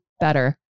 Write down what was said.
better